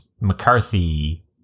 McCarthy